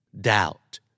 doubt